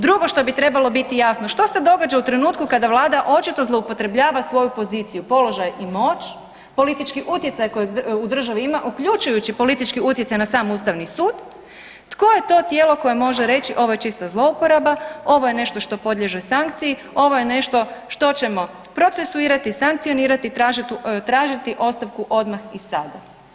Drugo što bi trebalo biti jasno, što se događa u trenutku kada vlada očito zloupotrebljava svoju poziciju, položaj i moć, politički utjecaj kojeg u državi ima uključujući politički utjecaj na sam ustavni sud, tko je to tijelo koje može reći „ovo je čista zlouporaba“, „ovo je nešto što podliježe sankciji“, „ovo je nešto što ćemo procesuirati, sankcionirati i tražiti ostavku odmah i sada“